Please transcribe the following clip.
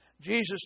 Jesus